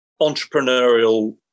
entrepreneurial